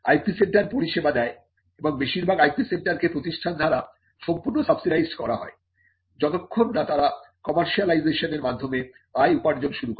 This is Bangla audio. IP সেন্টার পরিষেবা দেয় এবং বেশিরভাগ IP সেন্টার কে প্রতিষ্ঠান দ্বারা সম্পূর্ণ সাবসিডাইজড করা হয় যতক্ষণ না তারা কমার্শিয়ালাইসেশনের মাধ্যমে আয় উপার্জন শুরু করে